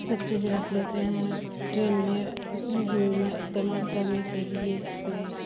سب چیز رکھ لیتے ہیں ٹرین میں استعمال کرنے کے لیے اپنے